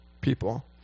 people